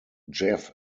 jeff